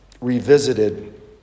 revisited